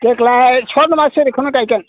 देग्लाय स्वर्न'मासुरिखौनो गायगोन